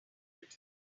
bite